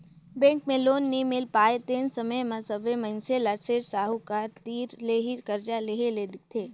bank ले loan नइ मिल पाय तेन समे म सबे मइनसे ल सेठ साहूकार तीर ले ही करजा लेए के दिखथे